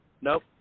nope